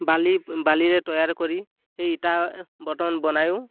বালি বালিৰে তৈয়াৰ কৰি সেই ইটা বৰ্তমান বনায়ো